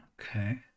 okay